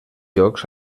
jocs